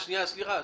סליחה,